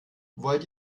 wollt